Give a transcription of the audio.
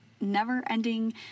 never-ending